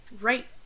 right